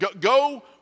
Go